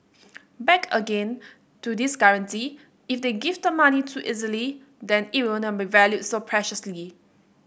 back again to this guarantee if they give the money too easily then it will not be valued so preciously